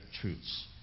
truths